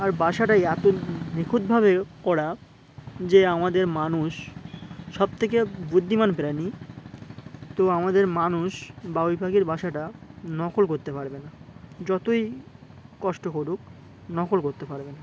আর বাসাটাই এতো নিখুঁতভাবে করা যে আমাদের মানুষ সবথেকে বুদ্ধিমান প্রাণী তো আমাদের মানুষ বাবুই পাখির বাসাটা নকল করতে পারবে না যতই কষ্ট করুক নকল করতে পারবে না